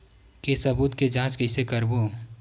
के सबूत के जांच कइसे करबो?